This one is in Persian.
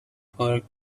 پارک